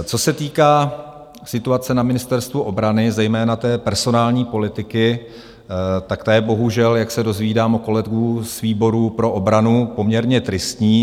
Co se týká situace na Ministerstvu obrany, zejména personální politiky, ta je bohužel, jak se dozvídám od kolegů z výboru pro obranu, poměrně tristní.